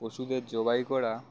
পশুদের জগাই করা